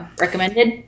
recommended